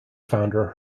founder